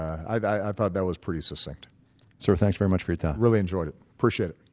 i thought that was pretty succinct sir, thanks very much for your time really enjoyed it. appreciate it